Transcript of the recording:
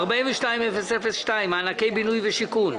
42-002, מענקי בינוי ושיכון.